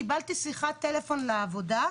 קיבלתי שיחת טלפון לעבודה.